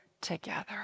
together